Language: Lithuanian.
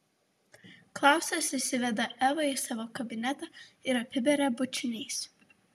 klausas įsiveda evą į savo kabinetą ir apiberia bučiniais